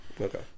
Okay